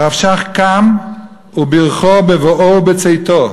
הרב שך קם ובירכו בבואו ובצאתו,